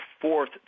fourth